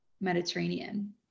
Mediterranean